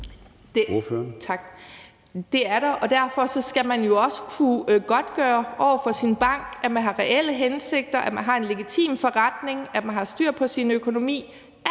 Det er der, og derfor skal man jo også kunne godtgøre over for sin bank, at man har reelle hensigter, at man har en legitim forretning, og at man har styr på sin økonomi